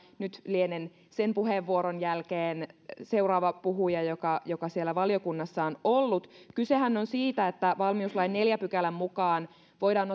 nyt lienen sen puheenvuoron jälkeen seuraava puhuja joka joka siellä valiokunnassa on ollut kysehän on siitä että valmiuslain neljännen pykälän mukaan voidaan